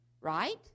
right